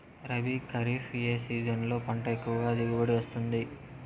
రబీ, ఖరీఫ్ ఏ సీజన్లలో పంట ఎక్కువగా దిగుబడి వస్తుంది